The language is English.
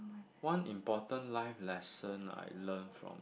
one important life lesson I learn from